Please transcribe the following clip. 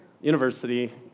university